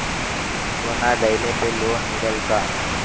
सोना दहिले पर लोन मिलल का?